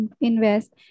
invest